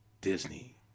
Disney